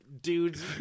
dudes